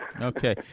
Okay